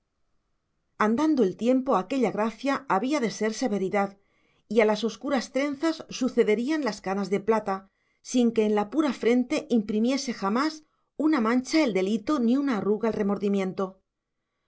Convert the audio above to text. andando el tiempo aquella gracia había de ser severidad y a las oscuras trenzas sucederían las canas de plata sin que en la pura frente imprimiese jamás una mancha el delito ni una arruga el remordimiento